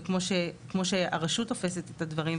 וכמו שהרשות תופסת את הדברים,